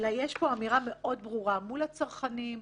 אלא יש פה אמירה מאוד ברורה מול הצרכנים,